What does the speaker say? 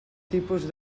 tipus